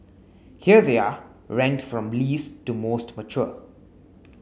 here they are ranked from least to most mature